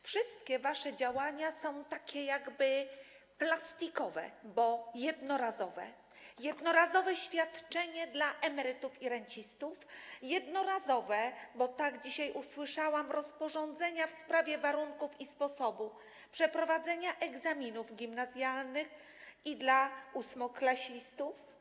Wszystkie wasze działania są takie jakby plastikowe, bo jednorazowe - jednorazowe świadczenie dla emerytów i rencistów, jednorazowe, tak dzisiaj usłyszałam, rozporządzenia w sprawie warunków i sposobu przeprowadzenia egzaminów gimnazjalnych i ósmoklasistów.